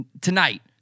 Tonight